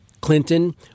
Clinton